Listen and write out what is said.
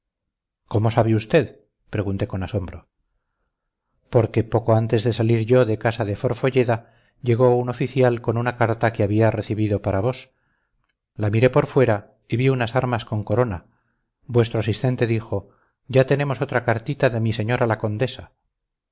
cómo sabe usted pregunté con asombro porque poco antes de salir yo de casa de forfolleda llegó un oficial con una carta que había recibido para vos la miré por fuera y vi unas armas con corona vuestro asistente dijo ya tenemos otra cartita de mi señora la condesa